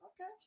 Okay